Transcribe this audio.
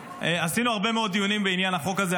קיימנו הרבה מאוד דיונים בעניין החוק הזה.